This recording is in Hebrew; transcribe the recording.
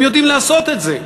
הם יודעים לעשות את זה.